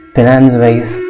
Finance-wise